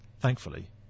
Thankfully